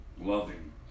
loving